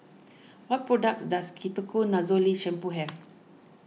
what products does Ketoconazole Shampoo have